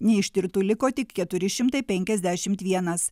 neištirtų liko tik keturi šimtai penkiasdešimt vienas